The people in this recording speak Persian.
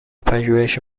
پژوهش